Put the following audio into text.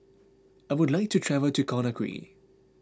I would like to travel to Conakry